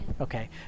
Okay